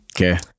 Okay